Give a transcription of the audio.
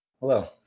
Hello